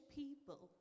people